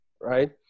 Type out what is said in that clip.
right